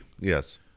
Yes